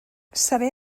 saber